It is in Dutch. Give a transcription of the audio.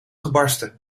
gebarsten